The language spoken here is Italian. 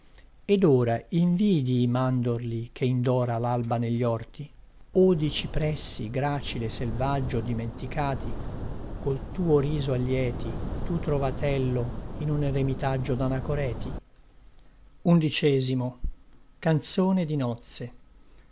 ed ora invidii i mandorli che indora lalba negli orti od i cipressi gracile e selvaggio dimenticàti col tuo riso allieti tu trovatello in un eremitaggio danacoreti